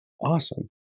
awesome